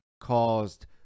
caused